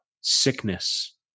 sickness